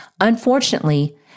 Unfortunately